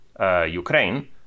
Ukraine